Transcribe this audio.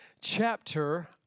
chapter